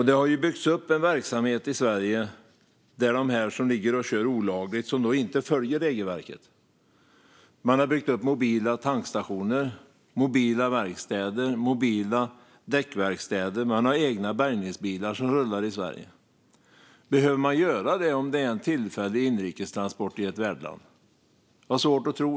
Det har byggts upp en verksamhet i Sverige där de som ligger och kör olagligt, som inte följer regelverket, har byggt upp mobila tankstationer, mobila verkstäder och mobila däckverkstäder. Man har egna bärgningsbilar som rullar i Sverige. Behöver man göra det om det handlar om en tillfällig inrikestransport i ett värdland? Det har jag svårt att tro.